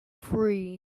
free